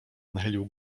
nachylił